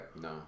No